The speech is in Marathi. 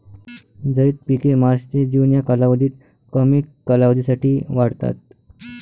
झैद पिके मार्च ते जून या कालावधीत कमी कालावधीसाठी वाढतात